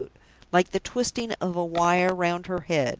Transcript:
like the twisting of a wire round her head.